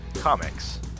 Comics